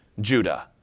Judah